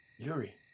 Yuri